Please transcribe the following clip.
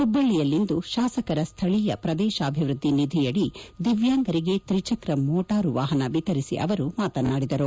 ಹುಬ್ಬಳ್ಳಿಯಲ್ಲಿಂದು ಶಾಸಕರ ಸ್ಥಳೀಯ ಪ್ರದೇಶಾಭಿವೃದ್ಧಿ ನಿಧಿಯಡಿ ದಿವ್ಯಾಂಗರಿಗೆ ತ್ರಿಚಕ್ರ ಮೋಟಾರು ವಾಪನ ವಿತರಿಸಿ ಅವರು ಮಾತನಾಡಿದರು